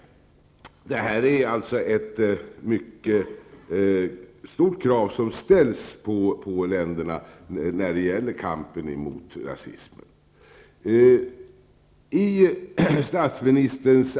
Det är alltså ett mycket stort krav som ställs på länderna när det gäller kampen mot rasism.